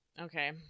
Okay